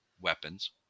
weapons